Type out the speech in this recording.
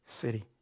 city